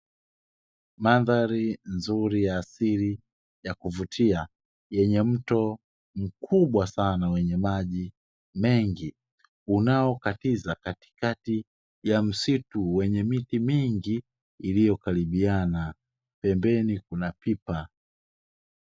Mandhari nzuri ya asili ya kuvutia, yenye mto mkubwa sana wenye maji mengi, unaokatiza katikati ya msitu wenye miti mingi iliyokaribiana, pembeni kuna pipa.